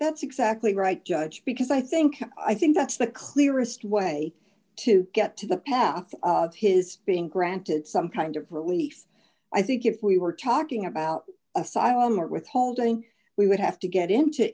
that's exactly right judge because i think i think that's the clearest way to get to the path of his being granted some kind of relief i think if we were talking about asylum or withholding we would have to get into